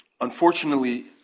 Unfortunately